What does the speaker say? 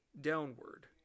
downward